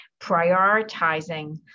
prioritizing